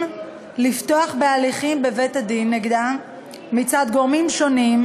לפתוח בהליכים בבית-הדין נגדה מצד גורמים שונים,